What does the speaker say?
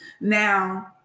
Now